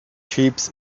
sheep